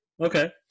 Okay